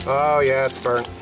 oh yeah, it's burnt.